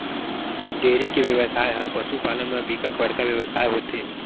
dairy के बेवसाय ह पसु पालन म बिकट बड़का बेवसाय होथे